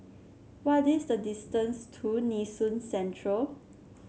what is the distance to Nee Soon Central